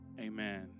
amen